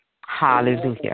Hallelujah